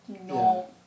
No